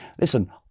listen